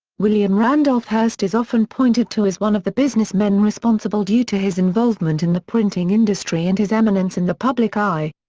william randolph hearst is often pointed to as one of the businessmen responsible due to his involvement in the printing industry and his eminence in the public eye.